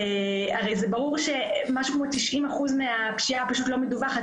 הרי זה ברור שמשהו כמו 90% מהפשיעה פשוט לא מדווחת